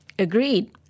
Agreed